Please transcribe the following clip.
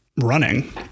running